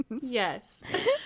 Yes